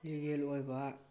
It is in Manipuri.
ꯂꯤꯒꯦꯜ ꯑꯣꯏꯕ